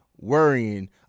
worrying